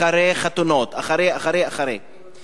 אחרי חתונות, אחרי, אחרי, אחרי.